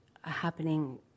happening